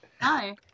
hi